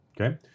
Okay